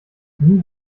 nie